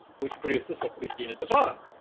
which produces what but we see at the bottom.